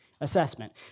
assessment